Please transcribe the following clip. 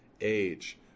age